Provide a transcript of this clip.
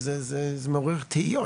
זה מעורר תהיות.